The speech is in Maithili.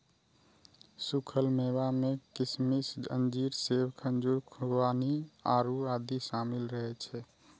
सूखल मेवा मे किशमिश, अंजीर, सेब, खजूर, खुबानी, आड़ू आदि शामिल रहै छै